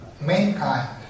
mankind